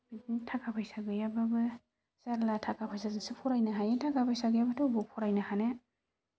बिदिनो थाखा फैसा गैयाबाबो जाल्ला थाखा फैसाजोंसो फरायनो हायो थाखा फैसा गैयाबाथ' बबेयाव फरायनो हानो